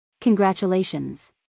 Congratulations